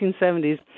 1970s